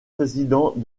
président